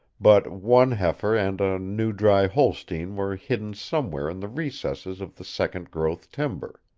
but one heifer and a new-dry holstein were hidden somewhere in the recesses of the second-growth timber.